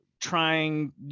trying